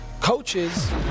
coaches